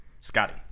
Scotty